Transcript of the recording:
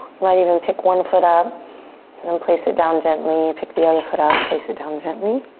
you might even pick one foot up and then place it down gently. pick the other foot up, place it down gently.